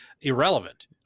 irrelevant